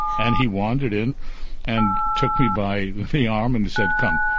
and he wandered in and took me by the arm and said come,